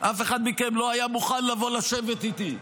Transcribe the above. אף אחד מכם לא היה מוכן לבוא ולשבת איתי.